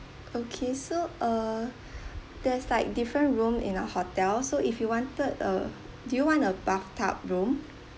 okay so uh there's like different room in our hotel so if you wanted uh do you want a bathtub room